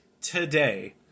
today